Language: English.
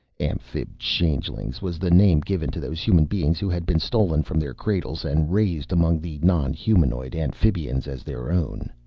amphib-changelings was the name given to those human beings who had been stolen from their cradles and raised among the non-humanoid amphibians as their own.